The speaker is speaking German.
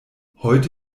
heute